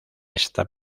esta